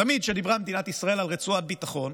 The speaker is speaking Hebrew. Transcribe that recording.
תמיד כשדיברה מדינת ישראל על רצועת ביטחון,